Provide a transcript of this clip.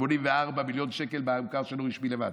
84 מיליון שקל מהמוכר שאינו רשמי לבד.